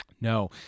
No